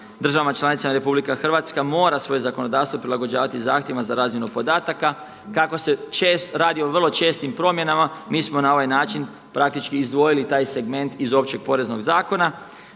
državama članicama Republika Hrvatska mora svoje zakonodavstvo prilagođavati zahtjevima za razmjenu podataka. Kako se radi o vrlo čestim promjenama mi smo na ovaj način praktički izdvojili taj segment iz Općeg poreznog zakona,